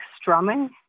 strumming